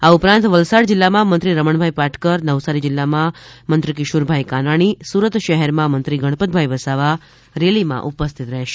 આ ઉપરાંત વલસાડ જીલ્લામાં મંત્રી રમણભાઇ પાટકર નવસારી જીલ્લામાં મંત્રી કિશોરભાઇ કાનાણી સુરત શહેરમાં મંત્રીગણપતભાઇ વસાવા રેલીમાં ઉપસ્થિત રહેશે